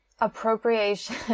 appropriation